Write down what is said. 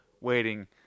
waiting